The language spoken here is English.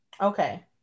okay